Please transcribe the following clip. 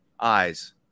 Eyes